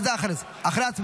הודעה אישית אחרי ההצבעה.